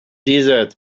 desert